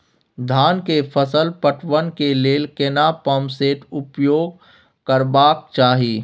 धान के फसल पटवन के लेल केना पंप सेट उपयोग करबाक चाही?